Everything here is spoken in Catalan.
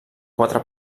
quatre